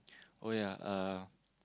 oh ya uh